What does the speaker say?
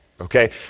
okay